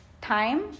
time